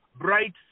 Bright